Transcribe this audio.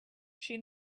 she